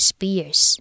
Spears